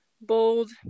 bold